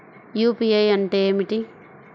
UPI అంటే ఏమిటీ?